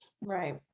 Right